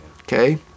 Okay